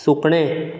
सुकणें